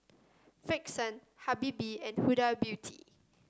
Frixion Habibie and Huda Beauty